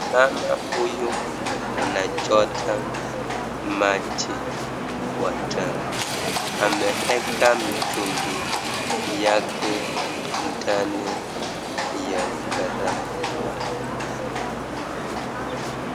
Mam huyu anachota maji kwa tanki ameweka mtungi yake ndani ya karai.